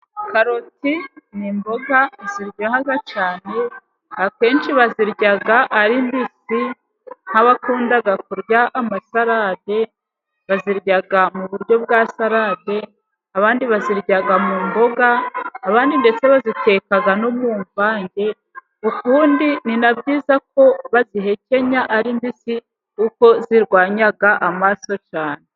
Karoti ni imboga ziryoha cyane, akenshi bazirya ari mbisi nk'abakunda kurya amasarade bazirya mu buryo bwa sarade, abandi bazirya mu mboga, abandi ndetse baziteka no mu mvange. Ukundi ni na byiza ko bazihekenya ari mbisi uko zirwanya amaraso cyane.